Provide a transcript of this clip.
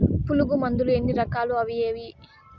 పులుగు మందులు ఎన్ని రకాలు అవి ఏవి?